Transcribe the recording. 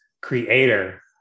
creator